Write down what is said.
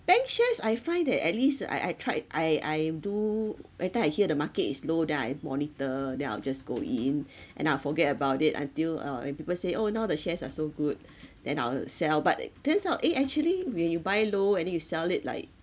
bank shares I find that at least I I tried I I do every time I hear the market is low then I monitor then I'll just go in and I'll forget about it until uh when people say oh now the shares are so good then I'll sell but it turns out eh actually when you buy low and then you sell it like